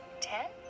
Ten